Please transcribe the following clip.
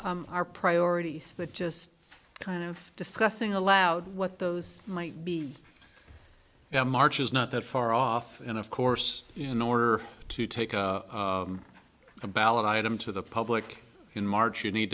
our priorities but just kind of discussing aloud what those might be march is not that far off and of course in order to take a ballot item to the public in march you need